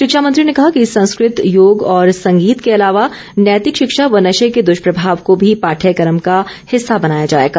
शिक्षा मंत्री ने कहा कि संस्कृत योग और संगीत के अलावा नैतिक शिक्षा व नशे के दुष्प्रभाव को भी पाठ्यक्रम का हिस्सा बनाया जाएगा